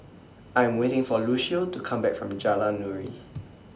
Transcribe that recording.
I Am waiting For Lucio to Come Back from Jalan Nuri